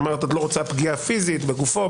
את אומרת שאת לא רוצה פגיעה פיזית לגופו,